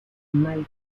mal